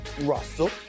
Russell